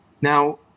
Now